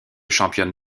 championne